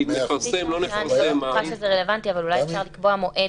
כי לפרסם-לא לפרסם --- אולי אפשר לקבוע מועד